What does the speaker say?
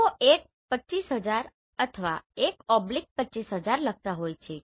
લોકો 1 25000 અથવા 1 25000 લખતા હોય છે